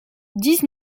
dix